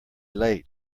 late